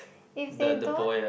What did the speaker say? if they don't